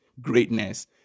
greatness